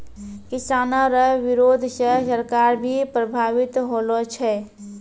किसानो रो बिरोध से सरकार भी प्रभावित होलो छै